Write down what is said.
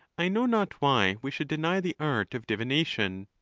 i know not why we should deny the art of divination.